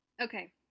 Okay